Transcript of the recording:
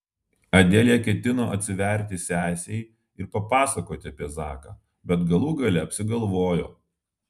adelė ketino atsiverti sesei ir papasakoti apie zaką bet galų gale apsigalvojo